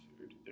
food